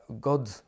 God